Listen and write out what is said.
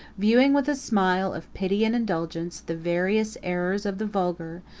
viewing, with a smile of pity and indulgence, the various errors of the vulgar,